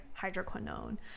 hydroquinone